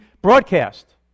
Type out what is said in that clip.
broadcast